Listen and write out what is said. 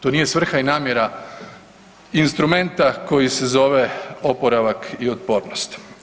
To nije svrha i namjera instrumenta koji se zove oporavak i otpornost.